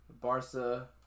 Barca